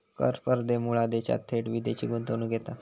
कर स्पर्धेमुळा देशात थेट विदेशी गुंतवणूक येता